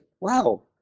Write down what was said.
wow